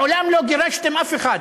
מעולם לא גירשתם אף אחד,